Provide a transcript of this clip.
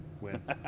wins